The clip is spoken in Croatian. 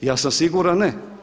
Ja sam siguran ne.